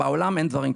בעולם אין דברים כאלה.